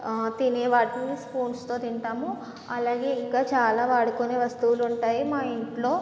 తినే వాటిని స్పూన్స్తో తింటాము అలాగే ఇంకా చాలా వాడుకునే వస్తువులు ఉంటాయి మా ఇంట్లో